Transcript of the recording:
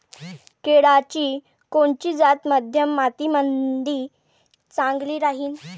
केळाची कोनची जात मध्यम मातीमंदी चांगली राहिन?